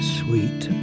sweet